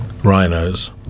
Rhinos